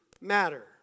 matter